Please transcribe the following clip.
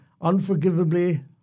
unforgivably